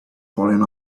fallen